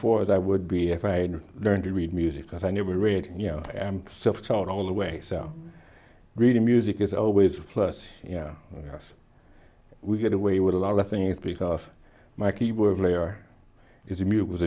far as i would be if i had to learn to read music because i never read you know i'm self taught all the way so reading music is always a plus as we get away with a lot of things because my keyboard layer